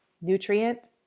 nutrient